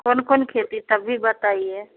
कौन कौन खेती तब भी बताइए